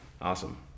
awesome